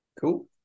cool